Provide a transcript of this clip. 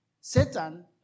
Satan